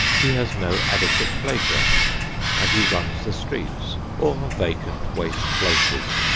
he has no adequate playground and he runs the streets or vacant, waste places.